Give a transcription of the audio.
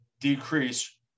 decrease